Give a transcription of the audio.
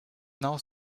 now